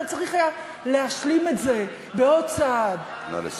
אבל צריך היה להשלים את זה בעוד צעד, נא לסיים.